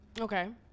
Okay